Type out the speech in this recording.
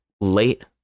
late